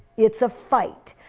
it's a fight.